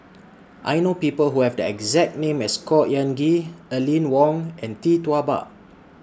I know People Who Have The exact name as Khor Ean Ghee Aline Wong and Tee Tua Ba